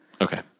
Okay